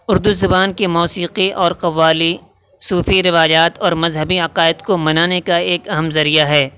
اردو زبان کی موسیقی اور قوالی صوفی روایات اور مذہبی عقائد کو منانے کا ایک اہم ذریعہ ہے